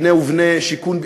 "קנה ובנה", שיכון.